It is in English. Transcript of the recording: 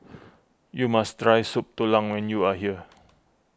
you must try Soup Tulang when you are here